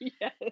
Yes